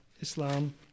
Islam